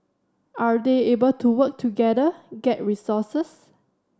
are they able to work together get resources